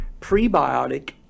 prebiotic